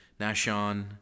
Nashon